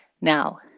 Now